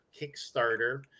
Kickstarter